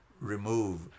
remove